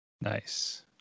Nice